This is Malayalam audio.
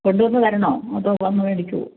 കൊണ്ട് വന്ന് തരണോ അതോ വന്ന് വേടിക്കുമോ